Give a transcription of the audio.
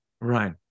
Right